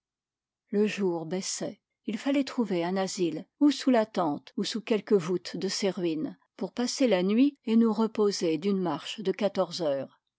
le jour baissait il fallait trouver un asile ou sous la tente ou sous quelque voûte de ces ruines pour passer la nuit et nous reposer d'une marche de quatorze heures